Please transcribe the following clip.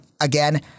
Again